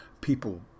people